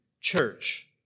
church